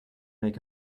make